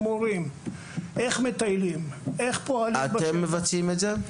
מורים; איך מטיילים; איך פועלים --- אתם מבצעים את זה?